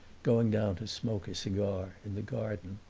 going down to smoke a cigar in the garden.